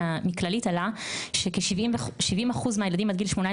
מכללית עלה שכ-70% מהילדים עד גיל 18